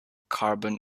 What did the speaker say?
carbon